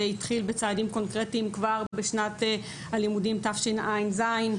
שהתחיל בצעדים קונקרטיים כבר בשנת הלימודים תשע"ז,